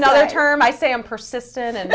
another term i say i'm persistent and